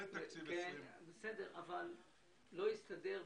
אבל לא הסתדר,